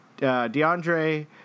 DeAndre